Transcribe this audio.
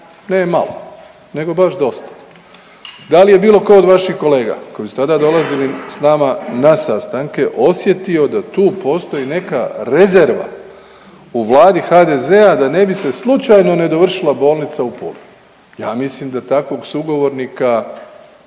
Ne malo nego baš dosta. Da li je bilo tko od vaših kolega koji su tada dolazili s nama na sastanke osjetio da tu postoji neka rezerva u Vladi HDZ-a da ne bi se slučajno ne dovršila bolnica u Puli. Ja mislim da takvog sugovornika,